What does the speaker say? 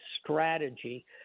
strategy